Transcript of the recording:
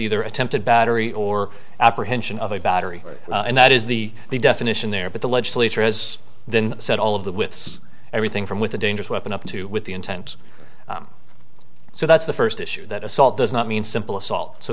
either attempted battery or apprehension of a battery and that is the definition there but the legislature has then said all of the with everything from with a dangerous weapon up to with the intent so that's the first issue that assault does not mean simple assault so